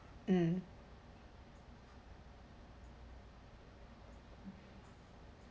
mm